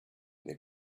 their